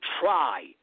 try